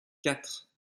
quatre